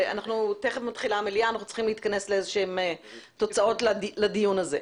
ותיכף מתחילה המליאה אנחנו צריכים להתכנס לאיזה שהן תוצאות לדיון הזה,